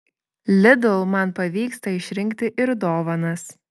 lidl man pavyksta išrinkti ir dovanas